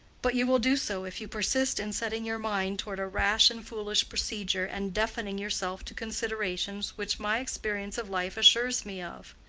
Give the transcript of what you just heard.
but you will do so if you persist in setting your mind toward a rash and foolish procedure, and deafening yourself to considerations which my experience of life assures me of.